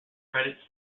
credits